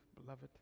beloved